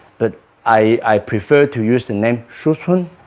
but i prefer to use the name schutzhund